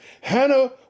Hannah